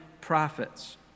prophets